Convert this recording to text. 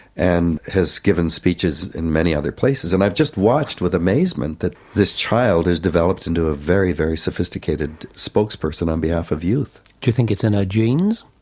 and has given speeches in many other places. and i've just watched with amazement that this child has developed into a very, very sophisticated spokesperson on behalf of youth. do you think it's in her ah genes?